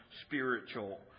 spiritual